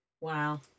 Wow